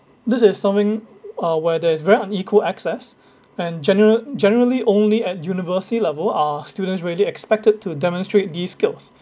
this is something uh where there is very unequal access and general~ generally only at university level are students really expected to demonstrate these skills